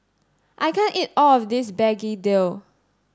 I can't eat all of this Begedil